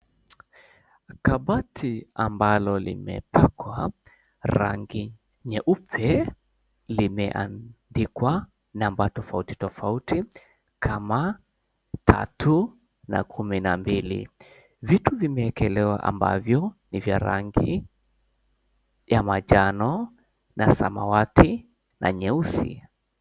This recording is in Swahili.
Kabati ambalo limepakwa rangi nyeupe limeandikwa namba tofauti tofauti kama tatu na kumi na mbili. Vitu vimeekelewa ambavyo ni vya rangi na manjano na samawati na nyeusi.